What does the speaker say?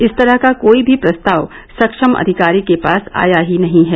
इस तरह का कोई भी प्रस्ताव सक्षम अधिकारी के पास आया ही नहीं है